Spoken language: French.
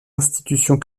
institutions